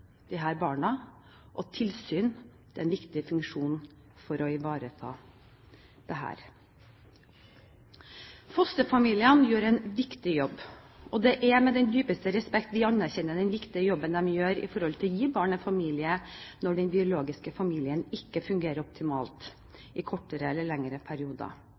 barna, og tilsynet er en viktig funksjon for å ivareta dette. Fosterfamiliene gjør en viktig jobb. Det er med den dypeste respekt vi anerkjenner den viktige jobben de gjør for å gi barn en familie når den biologiske familien ikke fungerer optimalt i kortere eller lengre perioder.